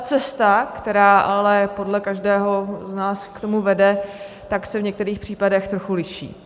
Cesta, která ale podle každého z nás k tomu vede, se v některých případech trochu liší.